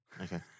Okay